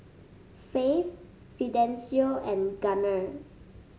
Faith Fidencio and Gunner